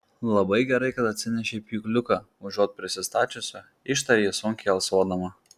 labai gerai kad atsinešei pjūkliuką užuot prisistačiusi ištarė ji sunkiai alsuodama